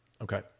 okay